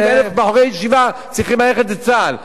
60,000 בחורי ישיבה צריכים ללכת לצה"ל.